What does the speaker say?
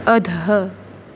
अधः